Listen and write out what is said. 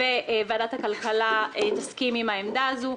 וועדת הכלכלה תסכים עם העמדה הזו,